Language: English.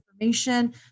information